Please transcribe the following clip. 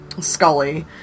Scully